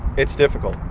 it's difficult.